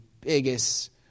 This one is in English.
biggest